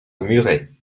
muret